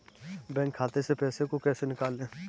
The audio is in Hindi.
बैंक खाते से पैसे को कैसे निकालें?